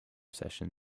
session